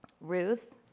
Ruth